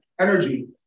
energy